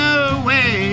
away